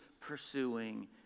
pursuing